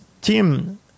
Tim